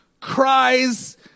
cries